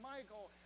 Michael